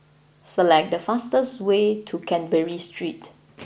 Select the fastest way to Canberra Street